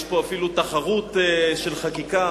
יש פה אפילו תחרות של חקיקה,